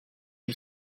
ich